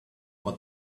what